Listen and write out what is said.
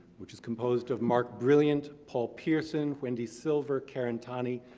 which is composed of mark brilliant, paul pierson, wendy silver, karen tani,